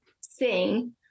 sing